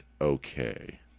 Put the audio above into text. okay